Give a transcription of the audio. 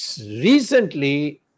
recently